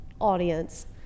audience